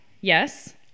yes